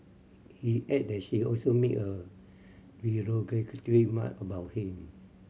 he added that she also made a derogatory remark about him